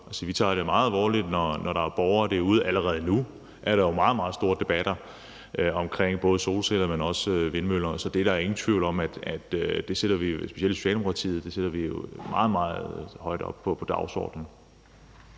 vi tager det her meget alvorligt i forhold til borgerne derude. Allerede nu er der jo meget, meget store debatter om både solceller, men også vindmøller, så der er ingen tvivl om, at vi i Socialdemokratiet sætter det meget, meget højt oppe på dagsordenen.